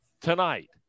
tonight